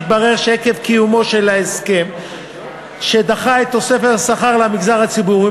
התברר שעקב קיומו של ההסכם שדחה את תוספת השכר למגזר הציבורי,